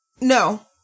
No